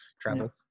travel